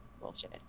bullshit